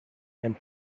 and